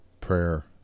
Prayer